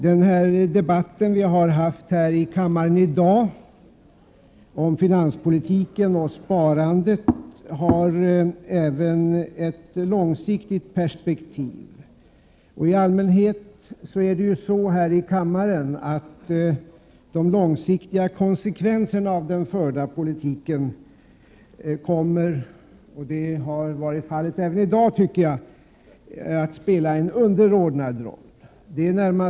Den debatt som förts i kammaren i dag om finanspolitiken och sparandet har även ett långsiktigt perspektiv. I allmänhet har de långsiktiga konsekvenserna av den förda politiken kommit att — vilket har varit fallet även i dag— spela en underordnad roll i debatten.